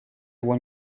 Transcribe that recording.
его